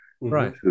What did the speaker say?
right